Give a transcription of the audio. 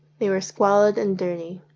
they were squalid and dirty.